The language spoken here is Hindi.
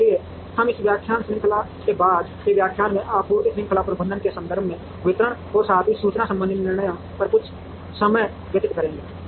इसलिए हम इस व्याख्यान श्रृंखला में बाद के व्याख्यानों में आपूर्ति श्रृंखला प्रबंधन के संदर्भ में वितरण और साथ ही सूचना संबंधी निर्णयों पर कुछ समय व्यतीत करेंगे